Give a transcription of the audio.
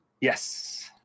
Yes